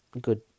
good